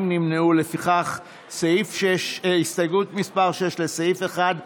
לפיכך הסתייגות מס' 6, לסעיף 1,